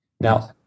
Now